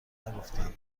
نگفتن